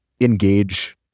engage